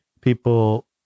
people